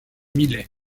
millet